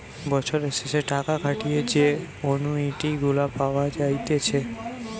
বছরের শেষে টাকা খাটিয়ে যে অনুইটি গুলা পাওয়া যাইতেছে